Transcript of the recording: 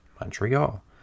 Montreal